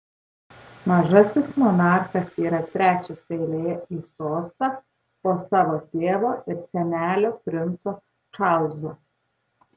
mažasis monarchas yra trečias eilėje į sostą po savo tėvo ir senelio princo čarlzo